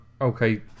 okay